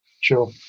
sure